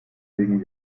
legen